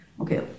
okay